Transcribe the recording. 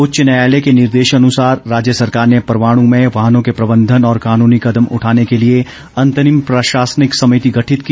उच्च न्यायालय के निर्देशानुसार राज्य सरकार ने परवाणू में वाहनों के प्रबंधन और कानूनी कदम उठाने के लिए अंतरिम प्रशासनिक समिति गठित की